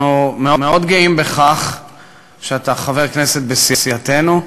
אנחנו מאוד גאים בכך שאתה חבר כנסת בסיעתנו,